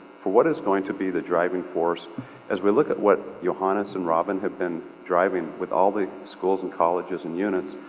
for what is going to be the driving force as we look at what johannes and robin have been driving with all the schools and colleges and unit,